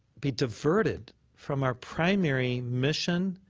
be diverted from our primary mission